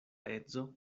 edzo